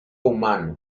humano